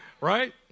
Right